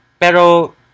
Pero